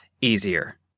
easier